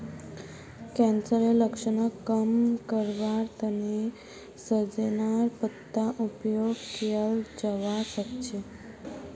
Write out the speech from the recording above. कैंसरेर लक्षणक कम करवार तने सजेनार पत्तार उपयोग कियाल जवा सक्छे